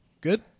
Good